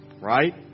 Right